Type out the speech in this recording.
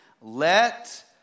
let